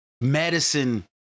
medicine